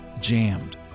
jammed